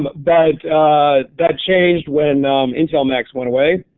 but but that changed when um intel max went away.